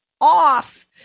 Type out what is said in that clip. Off